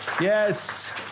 Yes